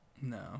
No